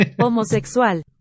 Homosexual